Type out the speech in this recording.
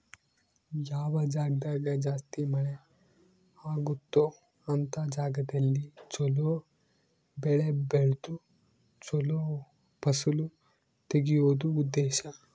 ಯಾವ ಜಾಗ್ದಾಗ ಜಾಸ್ತಿ ಮಳೆ ಅಗುತ್ತೊ ಅಂತ ಜಾಗದಲ್ಲಿ ಚೊಲೊ ಬೆಳೆ ಬೆಳ್ದು ಚೊಲೊ ಫಸಲು ತೆಗಿಯೋದು ಉದ್ದೇಶ